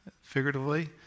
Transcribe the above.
figuratively